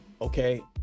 okay